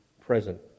present